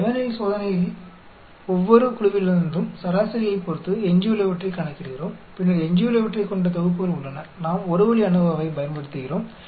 லெவெனின் சோதனையில் ஒவ்வொரு குழுவிலிருந்தும் சராசரியைப் பொறுத்து எஞ்சியுள்ளவற்றைக் கணக்கிடுகிறோம் பின்னர் எஞ்சியுள்ளவற்றைக் கொண்ட தொகுப்புகள் உள்ளன நாம் ஒரு வழி ANOVA ஐப் பயன்படுத்துகிறோம்